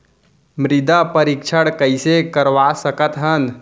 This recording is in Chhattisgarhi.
मृदा परीक्षण कइसे करवा सकत हन?